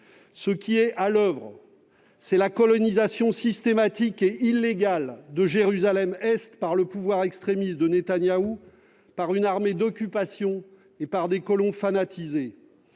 Ce qui est à l'oeuvre, c'est la colonisation systématique et illégale de Jérusalem-Est par le pouvoir extrémiste de Netanyahou, par une armée d'occupation, et par des colons fanatisés.